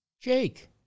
Jake